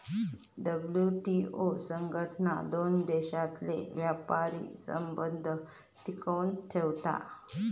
WTO संघटना दोन देशांतले व्यापारी संबंध टिकवन ठेवता